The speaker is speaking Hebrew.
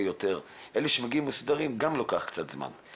אלה שמגיעים מסודרים, גם לוקח קצת זמן.